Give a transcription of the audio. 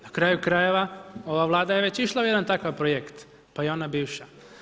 Na kraju krajeva ova Vlada je već išla u jedan takav projekt pa i ona bivša.